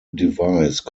device